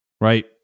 right